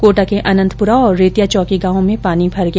कोटा के अनंतपुरा और रेत्या चौकी गांव में पानी भर गया